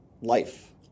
life